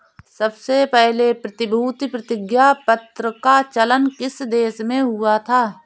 सबसे पहले प्रतिभूति प्रतिज्ञापत्र का चलन किस देश में हुआ था?